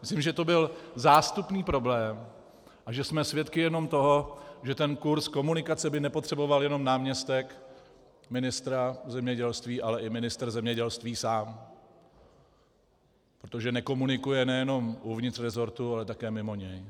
Myslím, že to byl zástupný problém a že jsme svědky jenom toho, že ten kurs komunikace by nepotřeboval jenom náměstek ministra zemědělství, ale i ministr zemědělství sám, protože nekomunikuje nejenom uvnitř resortu, ale také mimo něj.